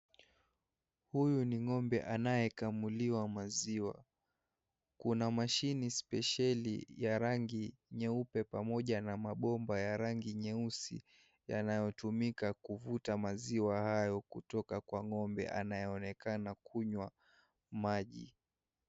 Huyu ni ng'ombe anayekamuliwa maziwa. Kuna mashini spesheli ya rangi nyeupe pamoja na mabomba ya rangi nyeusi yanayotumika kuvuta maziwa hayo kwa ng'ombe anayeonekana kunywa maji.